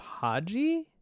Haji